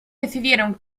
decidieron